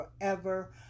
forever